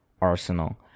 Arsenal